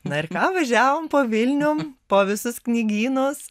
na ir ką važiavom po vilniu po visus knygynus